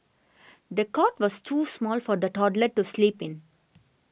the cot was too small for the toddler to sleep in